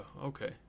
okay